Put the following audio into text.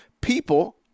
people